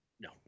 No